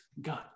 God